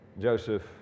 Joseph